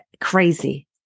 crazy